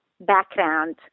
background